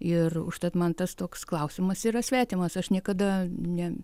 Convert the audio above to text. ir užtat man tas toks klausimas yra svetimas aš niekada ne